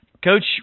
Coach